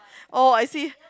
oh I see